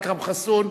חבר הכנסת אכרם חסון,